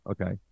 Okay